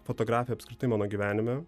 fotografija apskritai mano gyvenime